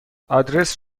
آدرس